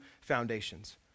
foundations